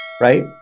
right